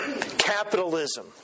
capitalism